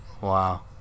Wow